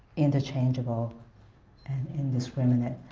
interchangeable and indiscriminate.